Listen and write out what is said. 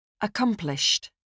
Accomplished